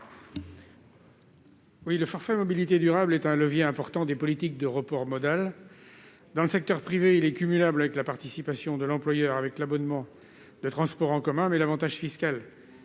Le forfait mobilités durables est un levier important des politiques de report modal. Dans le secteur privé, il est cumulable avec la participation de l'employeur à l'abonnement de transports en commun, mais l'avantage fiscal